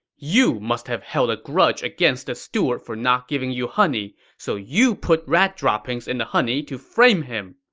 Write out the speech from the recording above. you must have held a grudge against the steward for not giving you honey, so you put rat droppings in the honey to frame him.